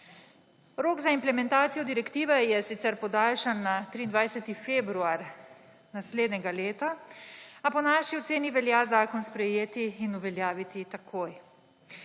Rok za implementacijo direktive je sicer podaljšan na 23. februar naslednjega leta, a po naši oceni velja zakon sprejeti in uveljaviti takoj.